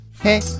hey